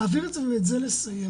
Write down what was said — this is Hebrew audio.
להעביר את זה ואת זה לסיים.